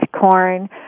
corn